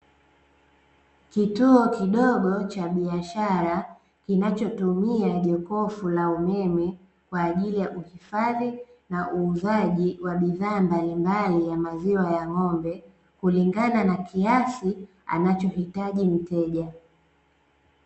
Kituo kidogo cha biashara kinachotumia jokofu la umeme, kwa ajili ya uhifadhi na uuzaji wa bidhaa mbalimbali ya maziwa ya ng'ombe, kulingana na kiasi anachohitaji mteja.